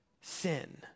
sin